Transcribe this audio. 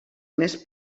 més